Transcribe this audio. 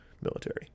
military